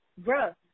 Bruh